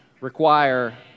require